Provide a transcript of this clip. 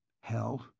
Hell